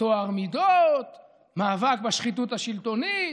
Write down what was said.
טוהר מידות, מאבק בשחיתות השלטונית.